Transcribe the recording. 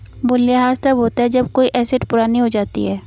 मूल्यह्रास तब होता है जब कोई एसेट पुरानी हो जाती है